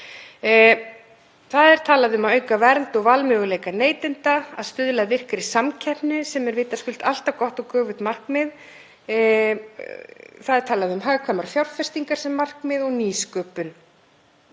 Talað er um að auka vernd og valmöguleika neytenda, að stuðla að virkri samkeppni sem er vitaskuld alltaf gott og göfugt markmið. Talað er um hagkvæmar fjárfestingar sem markmið og nýsköpun